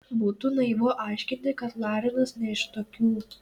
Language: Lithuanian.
būtų naivu aiškinti kad larinas ne iš tokių